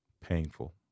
painful